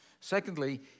Secondly